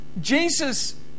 Jesus